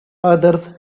others